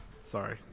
sorry